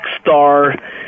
star